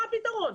מה הפתרון?